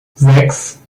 sechs